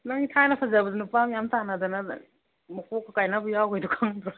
ꯅꯪꯗꯤ ꯊꯥꯏꯅ ꯐꯖꯕꯗ ꯅꯨꯄꯥ ꯃꯌꯥꯝ ꯇꯥꯟꯅꯗꯅ ꯃꯀꯣꯛꯀ ꯀꯥꯏꯅꯕ ꯌꯥꯎꯈ꯭ꯔꯤꯗ ꯈꯪꯗ꯭ꯔꯣ